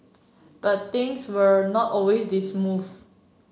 but things were not always this smooth